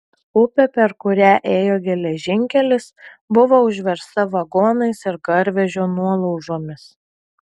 upė per kurią ėjo geležinkelis buvo užversta vagonais ir garvežio nuolaužom